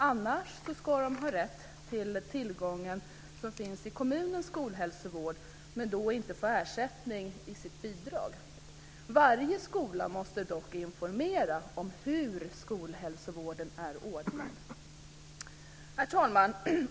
Annars ska de ha tillgång till kommunens skolhälsovård, men då inte med sitt bidrag få ersättning. Varje skola måste dock informera om hur skolhälsovården är ordnad. Herr talman!